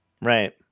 Right